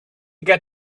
get